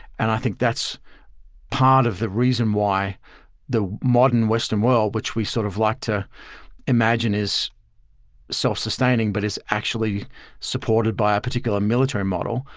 and i think that's part of the reason why the modern western world, which we sort of like to imagine is self-sustaining, but is actually supported by a particular military model,